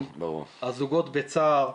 הזוגות בצער,